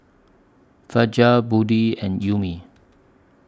Fajar Budi and Ummi